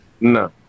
No